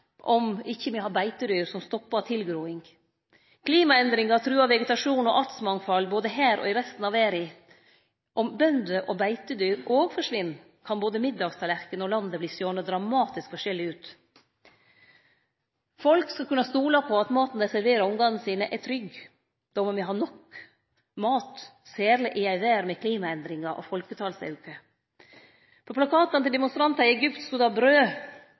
om ikkje me har beitedyr som stoppar tilgroing. Klimaendringar truar vegetasjon og artsmangfald både her og i resten av verda. Om bønder og beitedyr òg forsvinn, kan både middagstallerkenen og landet verte sjåande dramatisk forskjellige ut. Folk skal kunne stole på at maten dei serverer ungane sine, er trygg. Då må me ha nok mat, særleg i ei verd med klimaendringar og folketalsauke. På plakatane til demonstrantar